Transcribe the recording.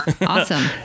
awesome